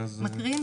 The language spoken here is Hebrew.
נקריא.